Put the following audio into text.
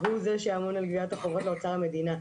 הוא זה שאמון על גביית החובות לאוצר המדינה.